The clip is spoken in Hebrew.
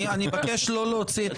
אני מבקש לא להוציא את משה,